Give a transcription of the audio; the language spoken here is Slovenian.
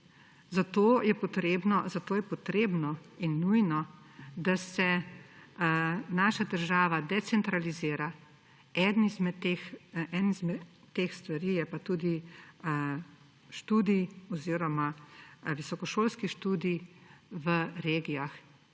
Zato je potrebno in nujno, da se naša država decentralizira. Ena od teh stvari je tudi visokošolski študij v regijah.